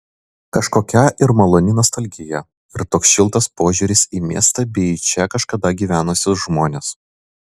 kažkokia ir maloni nostalgija ir toks šiltas požiūris į miestą bei į čia kažkada gyvenusius žmones